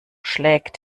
schlägt